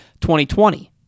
2020